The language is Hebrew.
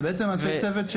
זה בעצם אנשי צוות,